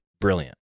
brilliant